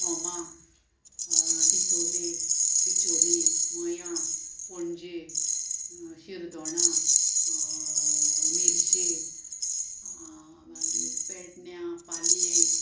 बोमां डिचोले बिचोली मया पणजे शिरदोणां मिर्शे मागीर पेडण्यां पालये